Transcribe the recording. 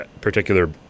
particular